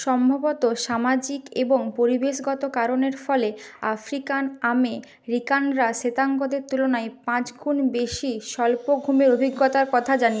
সম্ভবত সামাজিক এবং পরিবেশগত কারণের ফলে আফ্রিকান আমেরিকানরা শ্বেতাঙ্গদের তুলনায় পাঁচগুণ বেশি স্বল্প ঘুমের অভিজ্ঞতার কথা জানিয়েছেন